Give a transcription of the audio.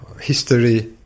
history